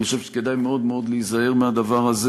אני חושב שכדאי מאוד מאוד להיזהר מהדבר הזה.